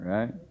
Right